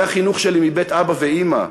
זה החינוך שלי מבית אבא ואימא,